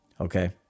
okay